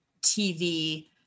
TV